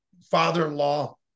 father-in-law